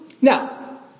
Now